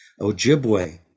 Ojibwe